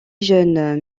jeunes